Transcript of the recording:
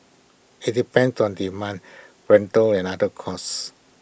IT depends on demand rental and other costs